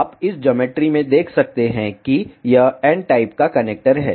आप इस ज्योमेट्री में देख सकते हैं कि यह n टाइप का कनेक्टर है